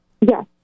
Yes